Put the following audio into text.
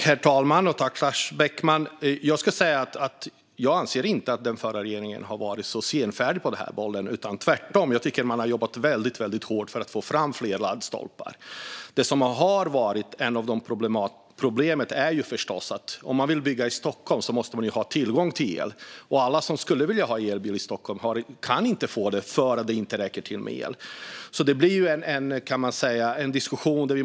Herr talman! Jag anser inte att den förra regeringen har varit så senfärdig på den här bollen, utan tvärtom tycker jag att man har jobbat väldigt hårt för att få fram fler laddstolpar. Problemet är ju förstås för den som vill bygga i Stockholm att man måste ha tillgång till el och att alla som skulle vilja ha elbil i Stockholm inte kan få det eftersom elen inte räcker till. Vi måste alltså bredda diskussionen.